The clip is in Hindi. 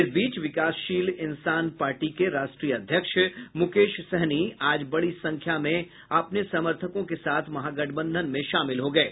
इस बीच विकासशील इंसान पार्टी के राष्ट्रीय अध्यक्ष मुकेश सहनी आज बड़ी संख्या में अपने समर्थकों के साथ महागठबंधन में शामिल हो गये